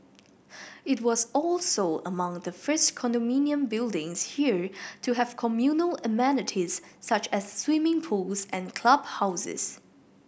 it was also among the first condominium buildings here to have communal amenities such as swimming pools and clubhouses